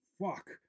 fuck